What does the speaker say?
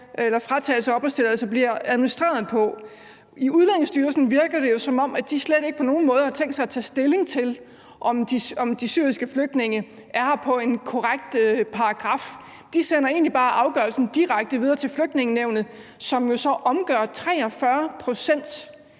de her fratagelser af opholdstilladelse bliver administreret. I Udlændingestyrelsen virker det jo, som om de slet ikke på nogen måde har tænkt sig at tage stilling til, om de syriske flygtninge er her på grundlag af den korrekte paragraf. De sender egentlig bare afgørelsen direkte videre til Flygtningenævnet, som så omgør 43 pct.